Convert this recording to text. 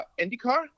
IndyCar